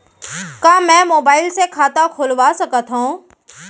का मैं मोबाइल से खाता खोलवा सकथव?